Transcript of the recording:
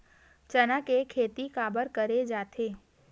चना के खेती काबर करे जाथे?